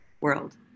world